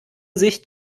sicht